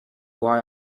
why